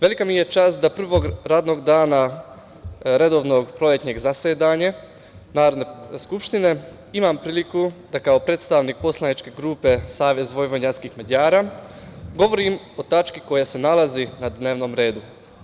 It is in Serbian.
Velika mi je čast da prvog radnog dana redovnog proletnjeg zasedanja Narodna skupštine imam priliku da kao predstavnik poslaničke grupe Savez vojvođanskih Mađara govorim o tački koja se nalazi na dnevnom redu.